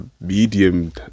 medium